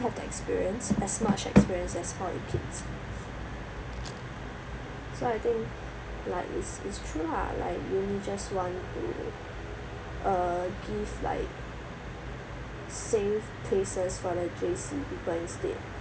have the experience as much experience as poly kids so I think like it's it's true lah like uni just want to uh give like safe places for the J_C people instead